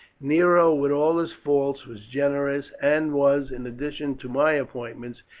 nero, with all his faults, was generous, and was, in addition to my appointments,